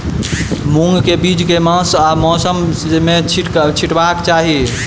मूंग केँ बीज केँ मास आ मौसम मे छिटबाक चाहि?